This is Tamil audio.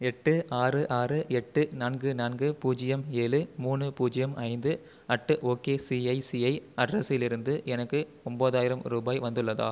எட்டு ஆறு ஆறு எட்டு நான்கு நான்கு பூஜ்ஜியம் ஏழு மூணு பூஜ்ஜியம் ஐந்து அட் ஓகேசிஐசிஐ அட்ரஸிலிருந்து எனக்கு ஒம்பதாயிரம் ரூபாய் வந்துள்ளதா